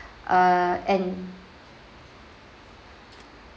err and